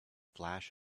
flash